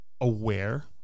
aware